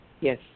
Yes